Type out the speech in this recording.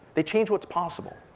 they change what's possible.